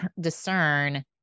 discern